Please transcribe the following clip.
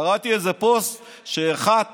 קראתי איזה פוסט שאחת